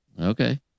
Okay